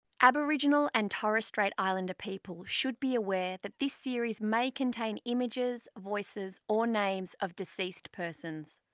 aboriginal and torres strait islander people should be aware that this series may contain images, voices or names of deceased persons.